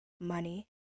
money